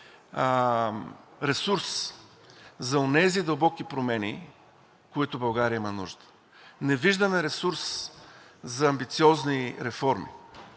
ресурс за онези дълбоки промени, от които България има нужда. Не виждаме ресурс за амбициозни реформи.